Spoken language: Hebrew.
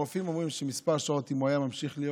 הרופאים אומרים שאם הוא היה ממשיך להיות,